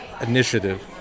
initiative